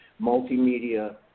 multimedia